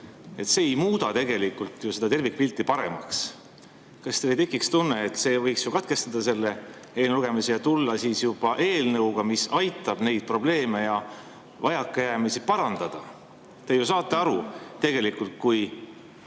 See ei muuda tegelikult ju tervikpilti paremaks. Kas teil ei teki tunne, et võiks katkestada selle eelnõu lugemise ja tulla siia eelnõuga, mis aitab neid probleeme ja vajakajäämisi parandada? Te ju saate tegelikult aru,